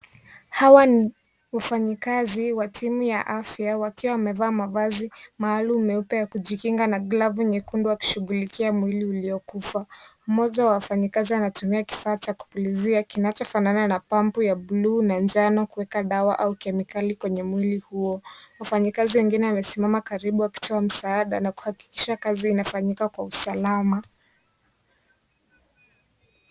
Hawa ni wafanyikazi wa timu ya afya wakiwa wamevaa mavazi maalum ya kujikinga na glavu nyeupe na nyekundu wakishugulikia mwili uliokufa, mmoja anatumia kifaa cha kupulizia kinacho fanana na pampu ya buluu na njano kueka dawa au kemikali kwenye mwili huo, wafanyikazi wengine wamesimama karibu wakitoa msaada kuakikisha kazi inafanyika kwa usalama.